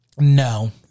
no